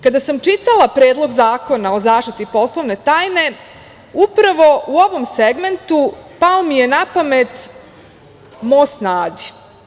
Kada sam čitala Predlog zakona o zaštiti poslovne tajne, upravo u ovom segmentu pao mi je na pamet Most na Adi.